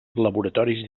laboratoris